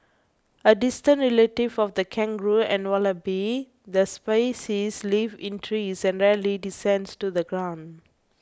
a distant relative of the kangaroo and wallaby the species lives in trees and rarely descends to the ground